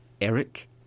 Eric